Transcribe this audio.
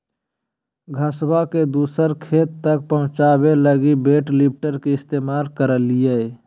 घसबा के दूसर खेत तक पहुंचाबे लगी वेट लिफ्टर के इस्तेमाल करलियै